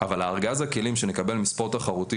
אבל הארגז הכלים שנקבל מספורט תחרותי,